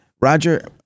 Roger